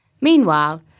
Meanwhile